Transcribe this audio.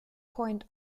point